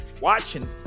watching